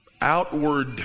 outward